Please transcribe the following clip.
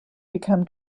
become